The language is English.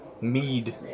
Mead